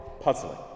puzzling